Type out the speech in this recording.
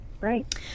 Right